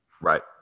Right